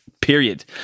period